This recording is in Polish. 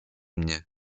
mnie